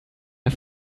der